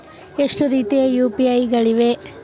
ಎಷ್ಟು ರೀತಿಯ ಯು.ಪಿ.ಐ ಗಳಿವೆ?